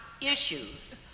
issues